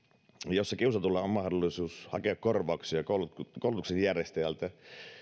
jossa kiusatulla on mahdollisuus hakea korvauksia koulutuksen järjestäjältä